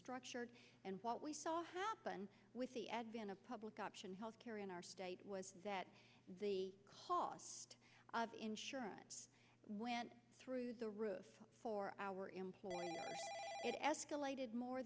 structured and what we saw happen with the advent of public option health care in our state was that the cost of insurance when through the roof for our employer it escalated more